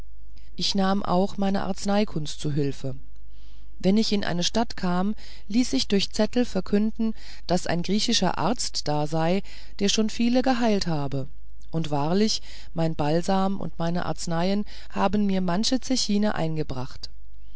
ich nahm auch meine arzneikunst zu hülfe wenn ich in eine stadt kam ließ ich durch zettel verkünden daß ein griechischer arzt da sei der schon viele geheilt habe und wahrlich mein balsam und meine arzneien haben mir manche zechine eingebracht